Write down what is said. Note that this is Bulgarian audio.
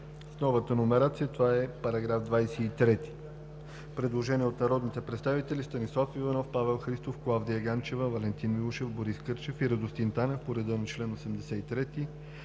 С новата номерация следващият текст е § 23. Има предложение от народните представители Станислав Иванов, Павел Христов, Клавдия Ганчева, Валентин Милушев, Борис Кърчев и Радостин Танев по реда на чл. 83,